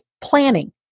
planning